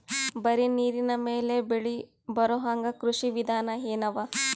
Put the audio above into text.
ಬರೀ ನೀರಿನ ಮೇಲೆ ಬೆಳಿ ಬರೊಹಂಗ ಕೃಷಿ ವಿಧಾನ ಎನವ?